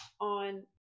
on